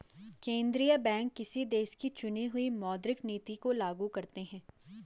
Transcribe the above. केंद्रीय बैंक किसी देश की चुनी हुई मौद्रिक नीति को लागू करते हैं